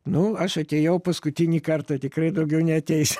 nu aš atėjau paskutinį kartą tikrai daugiau neateisiu